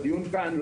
בדיון כאן,